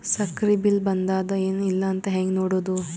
ಸಕ್ರಿ ಬಿಲ್ ಬಂದಾದ ಏನ್ ಇಲ್ಲ ಅಂತ ಹೆಂಗ್ ನೋಡುದು?